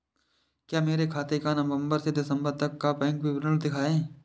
कृपया मेरे खाते का नवम्बर से दिसम्बर तक का बैंक विवरण दिखाएं?